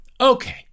okay